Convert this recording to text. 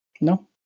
No